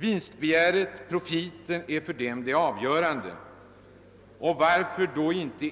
Vinstbegäret — profithungern — är för dem det avgörande. Varför inte